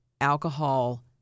alcohol